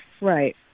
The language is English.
Right